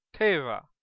teva